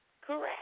correct